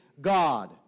God